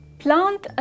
plant